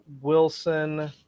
Wilson